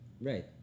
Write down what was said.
Right